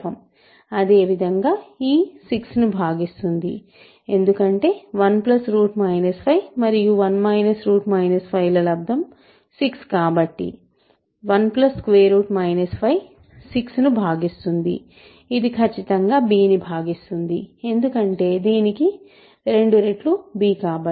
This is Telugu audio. అదేవిధంగా e 6 ను భాగిస్తుంది ఎందుకంటే 1 5 మరియు 1 5 ల లబ్దం 6 కాబట్టి 1 5 6 ను భాగిస్తుంది ఇది ఖచ్చితంగా b ను భాగిస్తుంది ఎందుకంటే దీనికి 2 రెట్లు b కాబట్టి